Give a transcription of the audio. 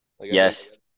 yes